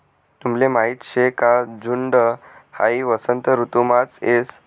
तुमले माहीत शे का झुंड हाई वसंत ऋतुमाच येस